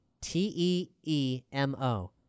T-E-E-M-O